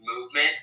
movement